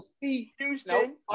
Houston